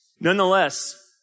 Nonetheless